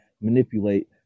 manipulate